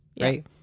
right